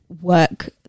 work